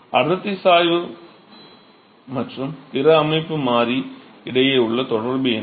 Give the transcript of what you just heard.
அடர்த்தி சாய்வு மற்றும் பிற அமைப்பு மாறி இடையே உள்ள தொடர்பு என்ன